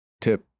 tip